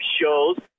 shows